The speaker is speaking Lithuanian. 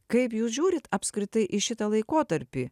kaip jūs žiūrit apskritai į šitą laikotarpį